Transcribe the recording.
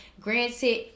granted